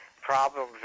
problems